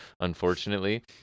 unfortunately